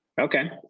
Okay